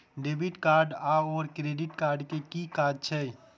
Debit card आओर credit card केँ की काज छैक?